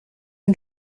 une